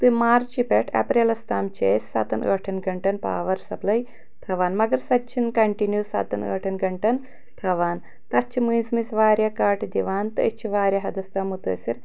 تہٕ مارچہٕ پٮ۪ٹھ اٮ۪پریلس تام چھِ أسۍ ستن ٲٹھن گنٛٹن پاور سپلاے تھاوان مگر سۄ تہِ چھِنہٕ کنٹنوٗ ستن ٲٹھن گنٛٹن تھاوان تتھ چھِ مٔنٛزۍ مٔنٛزۍ واریاہ کٹ دِوان تہٕ أسۍ چھِ واریاہ حدس تام مُتٲثر